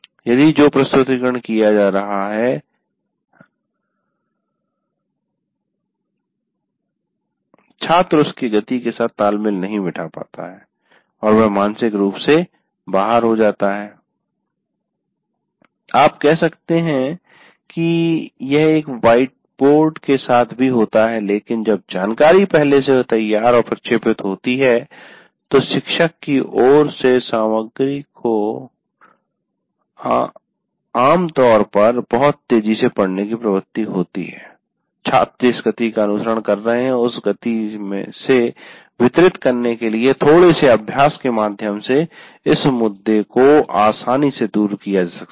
यदि जो प्रस्तुतीकरण किया जा रहा है छात्र उसके गति के साथ तालमेल नहीं बिठा पाता है और वह मानसिक रूप से बाहर हो जाता है आप कह सकते हैं कि यह एक व्हाइटबोर्ड के साथ भी होता है लेकिन जब जानकारी पहले से ही तैयार और प्रक्षेपित होती है तो शिक्षक की ओर से इस सामग्री को आमतौर पर बहुत तेजी से पढ़ने की प्रवृत्ति होती है छात्र जिस गति का अनुसरण कर रहे हैं उस गति से वितरित करने के लिए थोड़े से अभ्यास के माध्यम से इस मुद्दे को आसानी से दूर किया जा सकता है